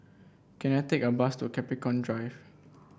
can I take a bus to Capricorn Drive